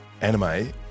anime